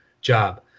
job